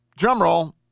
drumroll